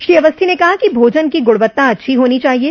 श्री अवस्थी ने कहा कि भोजन की गुणवत्ता अच्छी होनी चाहिये